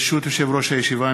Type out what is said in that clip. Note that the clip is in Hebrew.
ברשות יושב-ראש הישיבה,